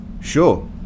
Sure